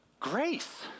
Grace